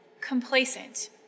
complacent